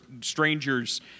strangers